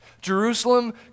Jerusalem